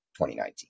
2019